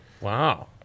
wow